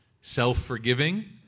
self-forgiving